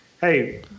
Hey